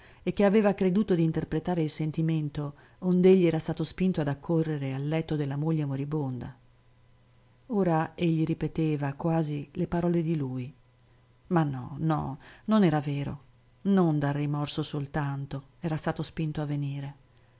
e che aveva creduto di interpretare il sentimento ond'egli era stato spinto ad accorrere al letto della moglie moribonda ora egli ripeteva quasi le parole di lui ma no no non era vero non dal rimorso soltanto era stato spinto a venire